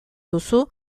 duzu